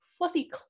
Fluffy